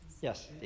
Yes